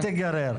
תיגרר.